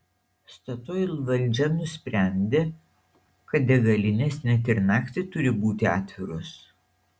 statoil valdžia nusprendė kad degalinės net ir naktį turi būti atviros